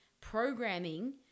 programming